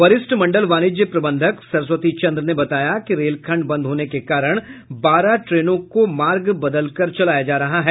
वरिष्ठ मंडल वाणिज्य प्रबंधक सरस्वती चंद्र ने बताया कि रेल खंड बंद होने के कारण बारह ट्रेनों का मार्ग बदलकर चलाया जा रहा है